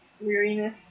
weariness